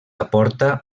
aporta